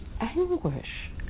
anguish